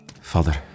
Father